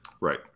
right